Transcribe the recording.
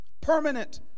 Permanent